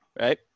Right